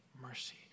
mercy